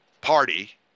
party